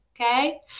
Okay